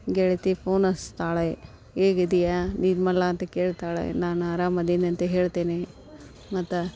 ಗೆಳತಿ ಫೋನ್ ಹಚ್ತಾಳೆ ಹೇಗಿದೀಯ ನಿರ್ಮಲಾ ಅಂತ ಕೇಳ್ತಾಳೆ ನಾನು ಅರಾಮ ಇದೀನಿ ಅಂತ ಹೇಳ್ತೇನೆ ಮತ್ತು